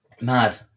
mad